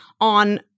on